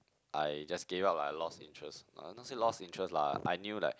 I just gave up lah lost interest no not say lost interest lah I knew like